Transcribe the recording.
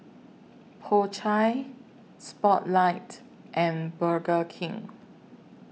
Po Chai Spotlight and Burger King